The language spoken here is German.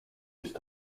ist